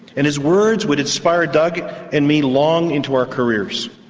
and his words would inspire doug and me long into our careers.